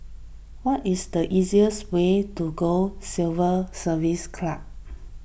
what is the easiest way to go Civil Service Club